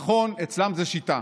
ונכון, אצלם זו שיטה,